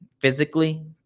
physically